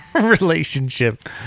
relationship